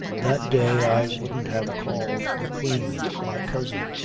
that day i wouldn't have called the queen my cousin,